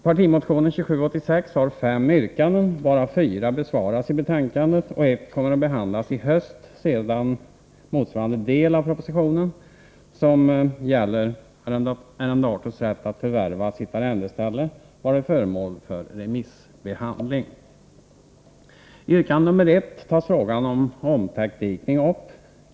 Partimotionen 2786 har fem yrkanden, varav fyra besvaras i betänkandet och ett kommer att behandlas i höst, sedan motsvarande del av propositionen, som gäller arrendators rätt att förvärva sitt arrendeställe, varit föremål för remissbehandling. I yrkande nr 1 tas frågan om omtäckdikning upp.